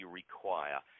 require